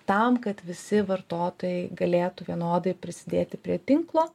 tam kad visi vartotojai galėtų vienodai prisidėti prie tinklo